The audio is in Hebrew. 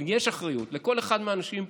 אבל יש אחריות לכל אחד מהאנשים פה.